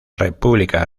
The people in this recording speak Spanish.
república